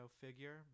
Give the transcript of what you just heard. figure